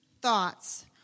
thoughts